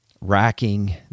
Racking